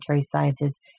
sciences